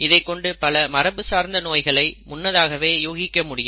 இதை கொண்டு பல மரபு சார்ந்த நோய்களை முன்னதாகவே யூகிக்க முடியும்